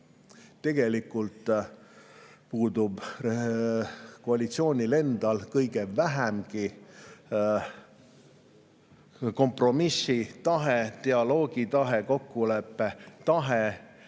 Tegelikult puudub koalitsioonil endal kõige vähemgi kompromissitahe, dialoogitahe, kokkuleppetahe.